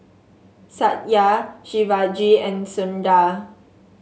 Satya Shivaji and Sundar